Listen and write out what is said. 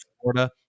Florida